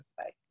space